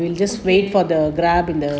okay